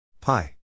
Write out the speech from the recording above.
pi